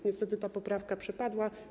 Niestety ta poprawka przepadła.